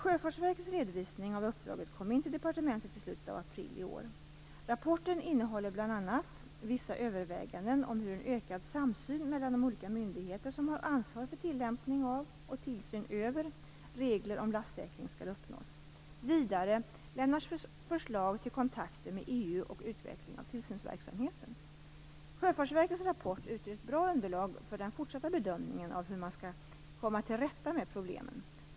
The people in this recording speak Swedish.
Sjöfartsverkets redovisning av uppdraget kom in till departementet i slutet av april i år. Rapporten innehåller bl.a. vissa överväganden om hur en ökad samsyn mellan de olika myndigheter som har ansvar för tillämpning av och tillsyn över regler om lastsäkring skall uppnås. Vidare lämnas förslag till kontakter med EU och utveckling av tillsynsverksamheten. Sjöfartsverkets rapport utgör ett bra underlag för den fortsatta bedömningen av hur man skall komma till rätta med problemen.